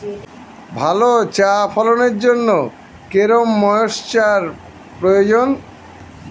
ভালো চা ফলনের জন্য কেরম ময়স্চার প্রয়োজন?